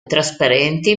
trasparenti